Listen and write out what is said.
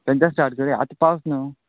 थंयच्यान स्टार्ट करया आतां पावस न्हू